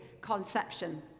conception